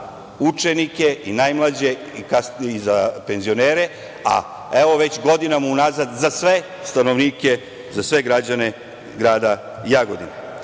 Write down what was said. učenike i najmlađe i kasnije za penzionere, a evo, već godinama unazad za sve stanovnike, za sve građane grada Jagodine. Briga